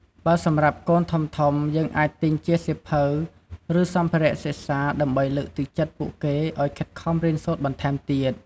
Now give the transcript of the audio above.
បើ សម្រាប់កូនធំៗ យើងអាចទិញជាសៀវភៅ ឬសម្ភារៈសិក្សាដើម្បីលើកទឹកចិត្តពួកគេឲ្យខិតខំរៀនសូត្របន្ថែមទៀត។